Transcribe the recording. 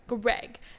Greg